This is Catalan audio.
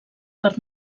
per